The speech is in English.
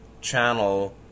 channel